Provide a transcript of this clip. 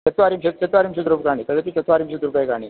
चत्वारिंशत् चत्वारिंशत् रूप्यकाणि तदपि चत्वारिंशत् रूप्यकाणि